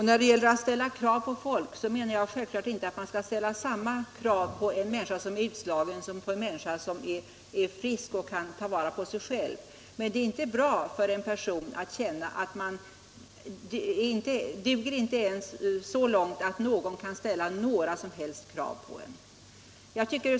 När det gäller att ställa krav på folk menar jag självfallet inte att man skall ställa samma krav på en människa som är utslagen som på en människa som är frisk och kan ta vara på sig själv, men det är inte bra för en person att känna att han eller hon inte ens duger så långt att någon kan ställa några som helst krav på vederbörande.